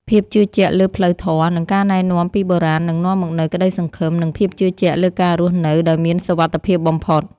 ភាពជឿជាក់លើផ្លូវធម៌ និងការណែនាំពីបុរាណនឹងនាំមកនូវក្តីសង្ឃឹម និងភាពជឿជាក់លើការរស់នៅដោយមានសុវត្ថិភាពបំផុត។